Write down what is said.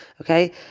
Okay